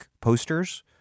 posters